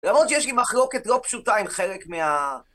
למרות שיש לי מחלוקת לא פשוטה עם חלק מה...